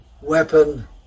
weapon